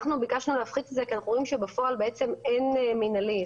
אנחנו ביקשנו להפחית את זה כי אנחנו רואים שבפועל בעצם אין מינהלי.